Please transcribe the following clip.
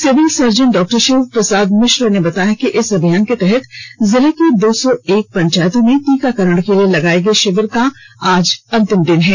civil surgeon डॉ शिव प्रसाद मिश्र ने बताया कि इस अभियान के तहत जिले के दो सौ एक पंचायतों में टीकाकरण के लिए लगाए शिविर का आज अंतिम दिन है